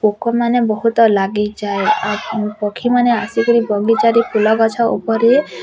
ପୋକମାନେ ବହୁତ ଲାଗିଯାଏ ଆଉ ପକ୍ଷୀମାନେ ଆସିକରି ବଗିଚାରେ ଫୁଲଗଛ ଉପରେ